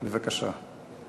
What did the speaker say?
בבקשה.